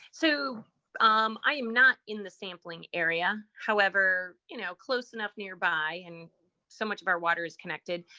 so um i am not in the sampling area. however, you know, close enough nearby, and so much of our water is connected.